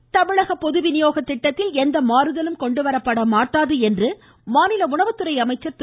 காமராஜ் தமிழக பொது விநியோக திட்டத்தில் எந்த மாறுதலும் கொண்டுவரப்பட மாட்டாது என்று மாநில உணவுத்துறை அமைச்சர் திரு